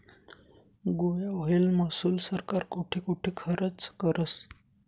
गोया व्हयेल महसूल सरकार कोठे कोठे खरचं करस?